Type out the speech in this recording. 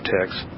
text